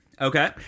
okay